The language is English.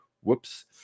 Whoops